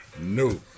No